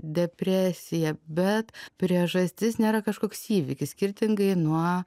depresiją bet priežastis nėra kažkoks įvykis skirtingai nuo